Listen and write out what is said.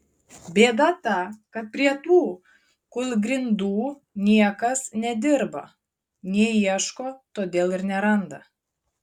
bėda ta kad prie tų kūlgrindų niekas nedirba neieško todėl ir neranda